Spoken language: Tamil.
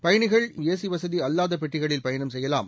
பயணிகள் ஏசி வசதி அல்லாத பெட்டிகளில் பயணம் செய்யலாம்